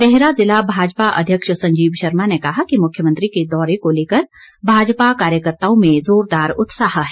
देहरा ज़िला भाजपा अध्यक्ष संजीव शर्मा ने कहा कि मुख्यमंत्री के दौरे को लेकर भाजपा कार्यकर्ताओं में जोरदार उत्साह है